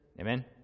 Amen